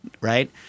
Right